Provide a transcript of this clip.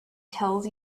tells